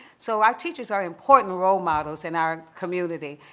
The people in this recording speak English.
so our teachers are important role models in our community.